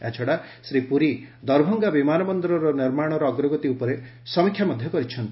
ଏହାଛଡା ଶ୍ରୀ ପୁରୀ ଦରଭଙ୍ଗା ବିମାନ ବନ୍ଦରର ନିର୍ମାଣର ଅଗ୍ରଗତି ଉପରେ ମଧ୍ୟ ସମୀକ୍ଷା କରିଛନ୍ତି